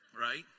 right